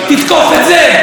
תתקוף את זה.